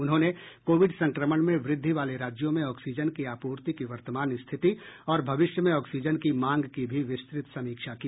उन्होंने कोविड संक्रमण में वृद्धि वाले राज्यों में ऑक्सीजन की आपूर्ति की वर्तमान स्थिति और भविष्य में ऑक्सीजन की मांग की भी विस्तृत समीक्षा की